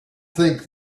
think